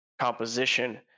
composition